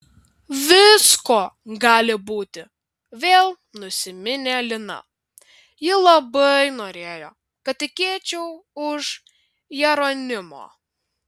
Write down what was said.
visko gali būti vėl nusiminė lina ji labai norėjo kad tekėčiau už jeronimo